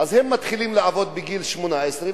הם מתחילים לעבוד בגיל 18,